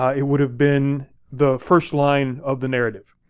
it would have been the first line of the narrative.